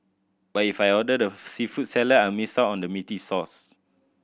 but if I order the seafood salad I'll miss out on the meaty sauce